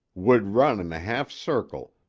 would run in a half-circle,